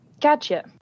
gotcha